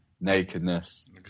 nakedness